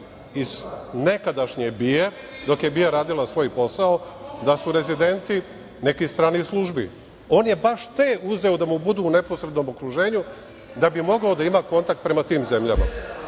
iz nekadašnje BIA-e, dok je BIA radila svoj posao, da su rezidenti nekih stranih službi. On je baš te uzeo da mu budu u neposrednom okruženju da bi mogao da ima kontakt prema tim zemljama.